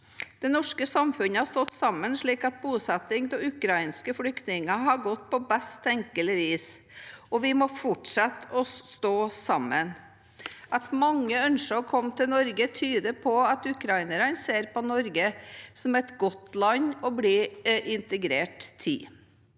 Det norske samfunnet har stått sammen slik at bosettingen av ukrainske flyktninger har gått på best tenkelig vis, og vi må fortsette å stå sammen. At mange ønsker å komme til Norge, tyder på at ukrainere ser på Norge som et godt land å bli integrert i.